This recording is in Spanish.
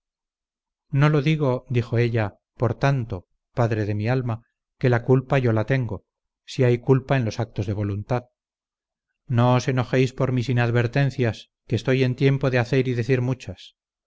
no lo digo dijo ella por tanto padre de mi alma que la culpa yo la tengo si hay culpa en los actos de voluntad no os enojéis por mis inadvertencias que estoy en tiempo de hacer y decir muchas